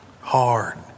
hard